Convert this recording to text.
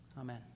Amen